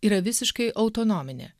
yra visiškai autonominė